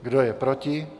Kdo je proti?